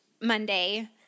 Monday